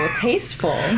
Tasteful